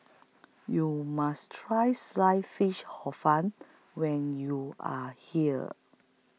YOU must Try Sliced Fish Hor Fun when YOU Are here